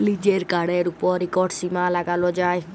লিজের কাড়ের উপর ইকট সীমা লাগালো যায়